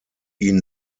ihn